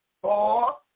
four